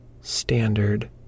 standard